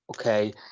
okay